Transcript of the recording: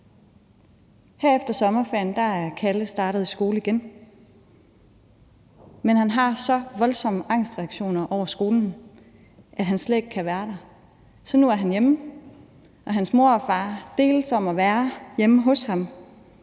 Her efter sommerferien er Kalle startet i skole igen, men han har så voldsomme angstreaktioner over skolen, at han slet ikke kan være der. Så nu er han hjemme, og hans mor og far deles om at være hjemme hos ham.